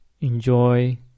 enjoy